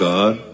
God